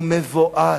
הוא מבועת,